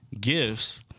gifts